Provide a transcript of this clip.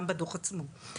גם בדוח עצמו.